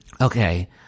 Okay